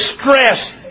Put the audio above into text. stress